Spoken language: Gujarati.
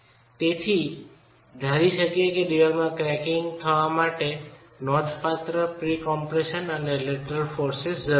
અને તેથી ધારી શકીયે કે દિવાલમાં ક્રેકીંગ થવા માટે નોંધપાત્ર પ્રી કમ્પ્રેશન અને લેટરલ દળો જરૂરી છે